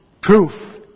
proof